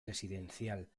residencial